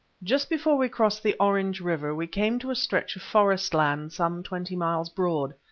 just before we crossed the orange river we came to a stretch of forest-land some twenty miles broad.